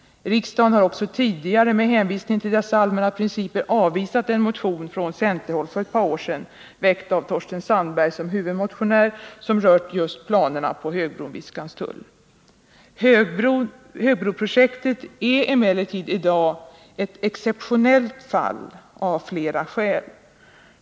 Riksdagen har också med hänvisning till dessa allmänna principer avvisat en motion från centerhåll för ett par år sedan, väckt med Torsten Sandberg som huvudmotionär, som rörde just planerna på en högbro vid Skanstull. Högbroprojektet är emellertid i dag ett exceptionellt fall av flera skäl.